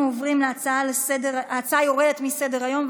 ההצעה יורדת מסדר-היום.